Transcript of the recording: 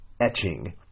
etching